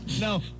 No